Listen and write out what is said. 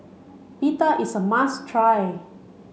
pita is a must try